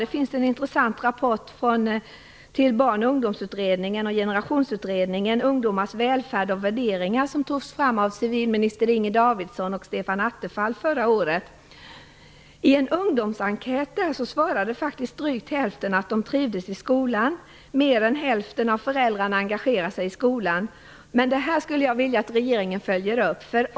Det finns en intressant rapport till Barn och ungdomsutredningen och Generationsutredningen. Den heter Ungdomars välfärd och värderingar och togs fram av civilminister Inger Davidson och Stefan I en ungsdomsenkät där svarade faktiskt drygt hälften att de trivdes i skolan och mer än hälften av föräldrarna engagerade sig i skolan. Jag skulle vilja att regeringen följer upp detta.